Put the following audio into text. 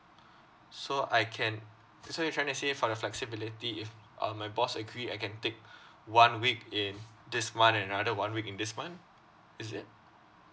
so I can so you're trying to say for the flexibility if uh my boss agree I can take one week in this month and another one week in this month is it